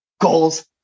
goals